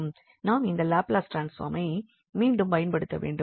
நாம் இந்த லாப்லஸ் ட்ரான்ஸ்பார்மை மீண்டும் பயன்படுத்த வேண்டும்